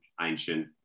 ancient